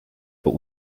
but